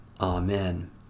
Amen